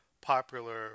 popular